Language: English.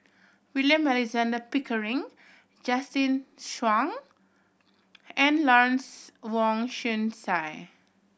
William Alexander Pickering Justin Zhuang and Lawrence Wong Shyun Tsai